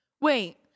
wait